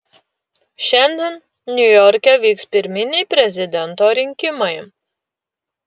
šiandien niujorke vyks pirminiai prezidento rinkimai